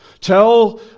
Tell